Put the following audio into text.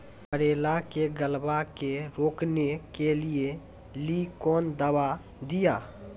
करेला के गलवा के रोकने के लिए ली कौन दवा दिया?